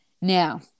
now